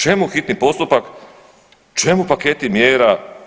Čemu hitni postupak, čemu paketi mjera?